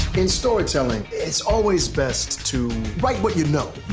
in storytelling, it's always best to write what you know.